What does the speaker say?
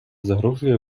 загрожує